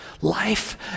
Life